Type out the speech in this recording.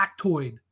factoid